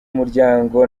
muryango